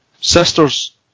sisters